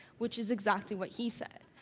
which is exactly what he said.